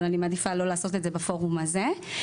אני מעדיפה לא לעשות את זה בפורום הזה.